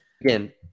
again